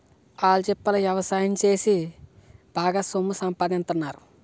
ఆల్చిప్పల ఎవసాయం సేసి బాగా సొమ్ము సంపాదిత్తన్నారు